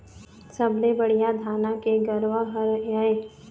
सबले बढ़िया धाना के का गरवा हर ये?